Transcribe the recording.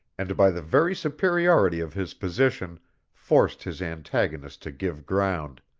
and by the very superiority of his position forced his antagonist to give ground.